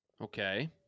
Okay